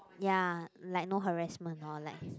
ya like no harassment or like